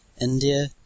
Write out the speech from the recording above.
India